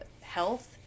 health